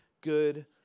good